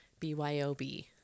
BYOB